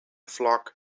flock